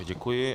Děkuji.